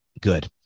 good